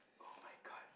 [oh]-my-god